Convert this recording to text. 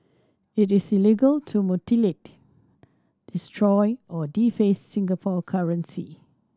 it is illegal to mutilate destroy or deface Singapore currency